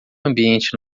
ambiente